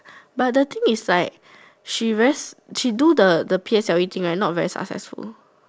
but the thing is like she very she do the the P_S_L_E thing right not very successful